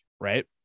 Right